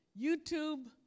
YouTube